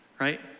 right